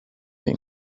این